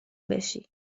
بشی